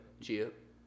chip